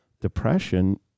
depression